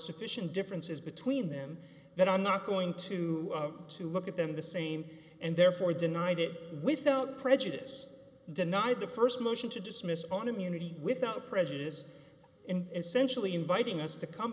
sufficient differences between them that i'm not going to have to look at them the same and therefore denied it without prejudice deny the st motion to dismiss on immunity without prejudice and sensually inviting us to come